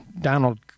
Donald